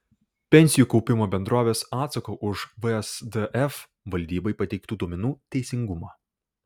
pensijų kaupimo bendrovės atsako už vsdf valdybai pateiktų duomenų teisingumą